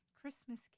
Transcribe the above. Christmas